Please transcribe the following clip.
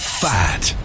fat